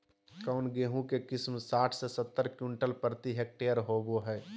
कौन गेंहू के किस्म साठ से सत्तर क्विंटल प्रति हेक्टेयर होबो हाय?